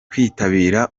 kwitabira